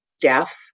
deaf